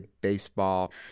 baseball